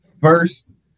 first